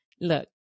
look